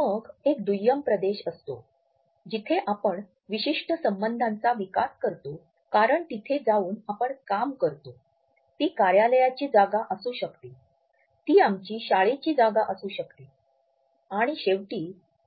मग एक दुय्यम प्रदेश असतो जिथे आपण विशिष्ट संबंधांचा विकास करतो कारण तिथे जाऊन आपण काम करतो ती कार्यालयाची जागा असू शकते ती आमच्या शाळेची जागा असू शकते आणि शेवटी